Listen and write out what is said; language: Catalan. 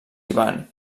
ivan